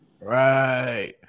Right